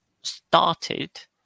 started